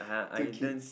two kids